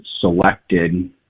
selected